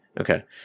Okay